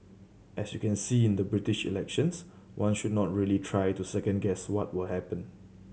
as you can see in the British elections one should not really try to second guess what will happen